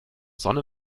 sonne